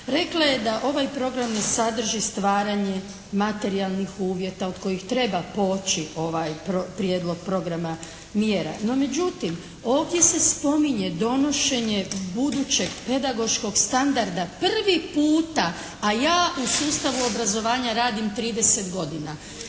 Rekla je da ovaj program ne sadrži stvaranje materijalnih uvjeta od kojih treba poći ovaj prijedlog programa mjera. No međutim ovdje se spominje donošenje budućeg pedagoškog standarda prvi puta, a ja u sustavu obrazovanja radim 30 godina.